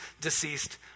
deceased